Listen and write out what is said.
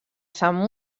sant